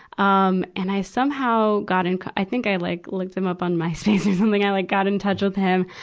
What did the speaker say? um and i, somehow, got, and i think i like looked him up on myspace or something. i like got in touch with him.